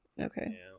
Okay